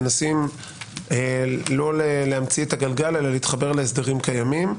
מנסים לא להמציא את הגלגל אלא להתחבר להסדרים קיימים.